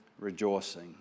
rejoicing